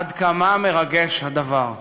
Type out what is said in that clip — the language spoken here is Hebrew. כמה מרגש הדבר.